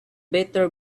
better